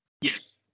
Yes